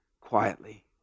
quietly